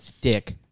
Dick